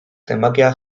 zenbakia